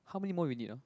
how many more we need ah